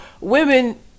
Women